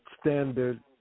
standard